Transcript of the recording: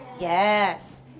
Yes